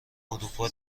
اروپا